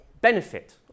benefit